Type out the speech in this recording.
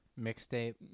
mixtape